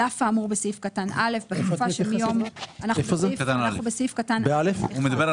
על אף האמור בסעיף קטן (א) בתקופה שמיום --- הוא מדבר על